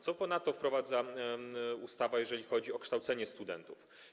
Co ponadto wprowadza ustawa, jeżeli chodzi o kształcenie studentów?